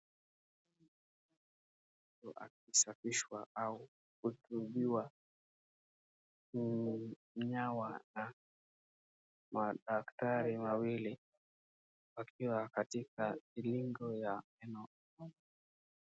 Akisafishwa au kutibiwa mnyama na madaktari wawili wakiwa katika zilingo ya meno.